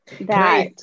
That-